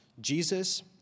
Jesus